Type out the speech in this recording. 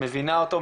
מבינה אותתו,